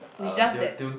it's just that